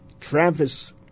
Travis